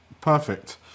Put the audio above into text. Perfect